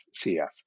CF